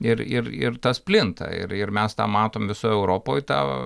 ir ir ir tas plinta ir ir mes tą matom visoj europoj tą